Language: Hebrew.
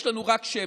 יש לנו רק שמש.